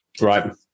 Right